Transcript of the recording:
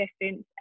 distance